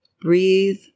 Breathe